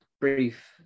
brief